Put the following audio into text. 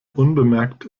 unbemerkt